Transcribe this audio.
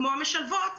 כמו משלבות,